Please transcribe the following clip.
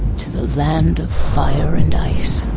to the land of fire and ice.